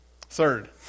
Third